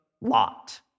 Lot